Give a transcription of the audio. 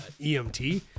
EMT